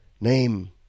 Name